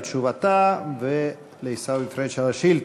תשובתה ולעיסאווי פריג' על השאילתה.